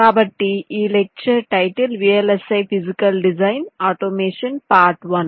కాబట్టి lecture title VLSI physical design automation part one